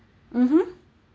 mmhmm